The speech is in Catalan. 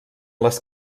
les